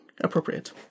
appropriate